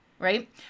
Right